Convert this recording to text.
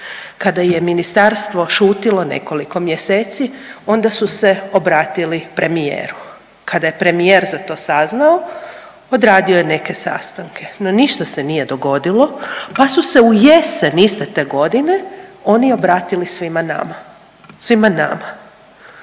Kada je ministarstvo šutilo nekoliko mjeseci, onda su se obratili premijeru. Kada je premijer za to saznao, odradio je neke sastanke, no ništa se nije dogodilo pa su se u jesen iste te godine oni obratili svima nama. Svima nama.